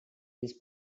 this